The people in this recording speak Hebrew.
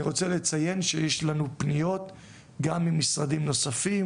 אני רוצה לציין שיש לנו פניות גם ממשרדים נוספים,